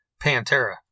Pantera